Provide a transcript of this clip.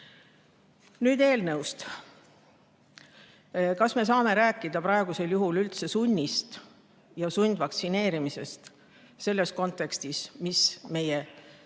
Nüüd eelnõust. Kas me saame rääkida praegusel juhul üldse sunnist ja sundvaktsineerimisest selles kontekstis, mis meie